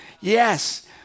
Yes